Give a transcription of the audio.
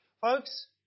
Folks